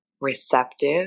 receptive